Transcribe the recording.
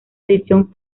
edición